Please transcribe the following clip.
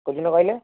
କେଉଁଦିନ କହିଲେ